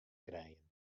krijen